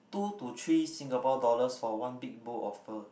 two to three Singapore dollars for one big bowl of pho